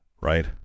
Right